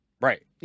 Right